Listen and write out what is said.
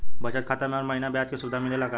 बचत खाता में हर महिना ब्याज के सुविधा मिलेला का?